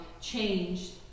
changed